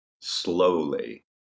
Slowly